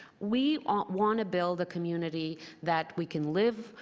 we want want to build a community that we can live,